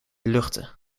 luchten